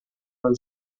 man